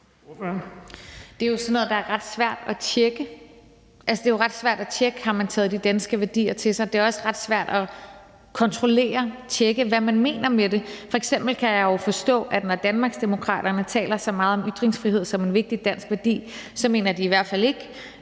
Det er jo sådan noget, der er ret svært at tjekke. Det er jo ret svært at tjekke, om man har taget de danske værdier til sig. Det er også ret svært at kontrollere og tjekke, hvad man mener med det. F.eks. kan jeg jo forstå, at når Danmarksdemokraterne taler så meget om ytringsfrihed som en vigtig dansk værdi, mener de i hvert fald ikke